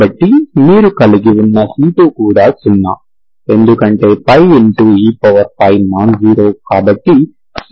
కాబట్టి మీరు కలిగి ఉన్న c2 కూడా 0 ఎందుకంటే πe నాన్ జీరో కాబట్టి c2 0 అయి ఉండాలి